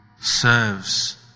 serves